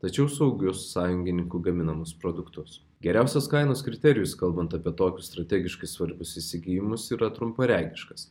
tačiau saugius sąjungininkų gaminamus produktus geriausios kainos kriterijus kalbant apie tokius strategiškai svarbius įsigijimus yra trumparegiškas